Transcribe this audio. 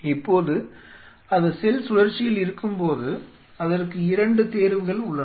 இப்போது அது செல் சுழற்சியில் இருக்கும்போது அதற்கு 2 தேர்வுகள் உள்ளன